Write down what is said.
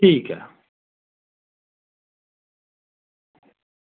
ठीक ऐ